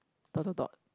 dot dot dot